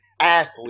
athlete